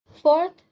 Fourth